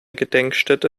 gedenkstätte